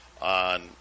on